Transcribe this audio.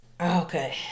Okay